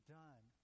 done